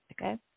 okay